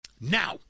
Now